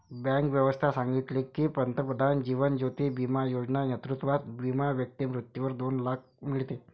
bank व्यवस्था सांगितले की, पंतप्रधान जीवन ज्योती बिमा योजना नेतृत्वात विमा व्यक्ती मृत्यूवर दोन लाख मीडते